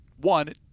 one